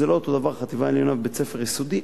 זה לא אותו דבר חטיבה עליונה ובית-ספר יסודי,